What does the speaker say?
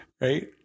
Right